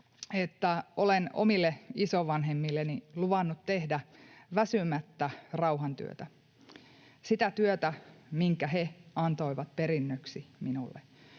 olen omille isovanhemmilleni luvannut tehdä väsymättä rauhantyötä — sitä työtä, minkä he antoivat perinnöksi minulle